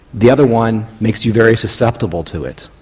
the other one makes you very susceptible to it.